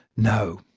no.